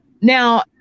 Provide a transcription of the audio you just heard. now